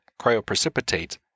cryoprecipitate